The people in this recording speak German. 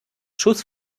schuss